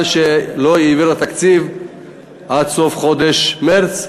שהיא לא העבירה תקציב עד סוף חודש מרס.